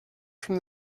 from